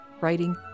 writing